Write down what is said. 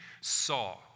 saw